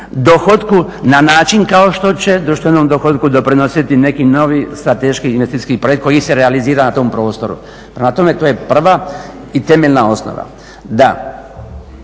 dohotku na način kao što će društvenom dohotku doprinositi neki novi strateški investicijski projekt koji se realizira na tom prostoru. Prema tome, to je prva i temeljna osnova